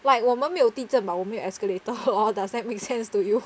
like 我们没有地震 but 我们有 escalator lor does that make sense to you